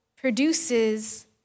produces